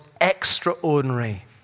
extraordinary